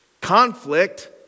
Conflict